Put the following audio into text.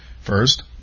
First